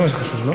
זה מה שחשוב, לא?